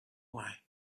why